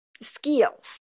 skills